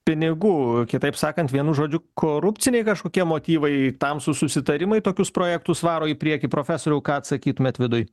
pinigų kitaip sakant vienu žodžiu korupciniai kažkokie motyvai tamsūs susitarimai tokius projektus varo į priekį profesoriau ką atsakytumėt vidui